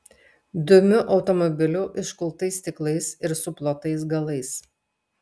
dumiu automobiliu iškultais stiklais ir suplotais galais